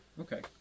Okay